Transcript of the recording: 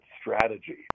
strategy